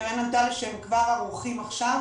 קארן ענתה לי שהם כבר ערוכים עכשיו